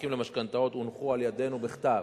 הבנקים למשכנתאות הונחו על-ידינו בכתב,